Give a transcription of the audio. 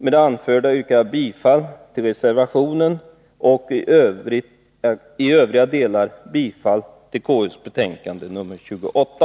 Med det anförda yrkar jag bifall till reservationen och i övrigt bifall till utskottets hemställan i konstitutionsutskottets betänkande nr 28.